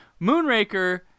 Moonraker